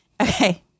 Okay